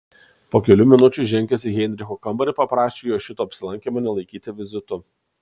po kelių minučių įžengęs į heinricho kambarį paprašė jo šito apsilankymo nelaikyti vizitu